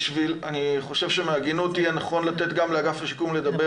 אני חושבת שמההגינות יהיה נכון גם לתת לאגף השיקום לדבר